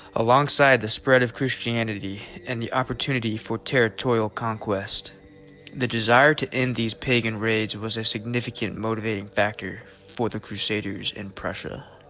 alongside the spread of christianity and the opportunity for territorial conquest the desire to end these pagan raids was a significant motivating factor for the crusaders in pressure